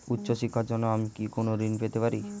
উচ্চশিক্ষার জন্য আমি কি কোনো ঋণ পেতে পারি?